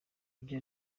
ibyo